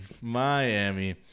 Miami